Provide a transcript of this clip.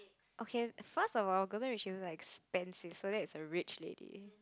okay first about cause she looks like stand in so is a rich lady